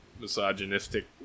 misogynistic